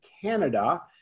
Canada